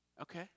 Okay